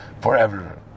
forever